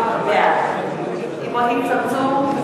בעד אברהים צרצור,